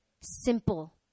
simple